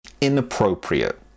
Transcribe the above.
inappropriate